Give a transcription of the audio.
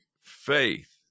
faith